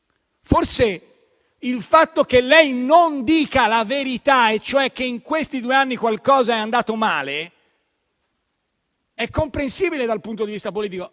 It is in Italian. Forse il fatto che lei non dica la verità, e cioè che in questi due anni qualcosa è andato male, è comprensibile dal punto di vista politico.